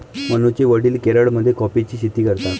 मनूचे वडील केरळमध्ये कॉफीची शेती करतात